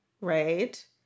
right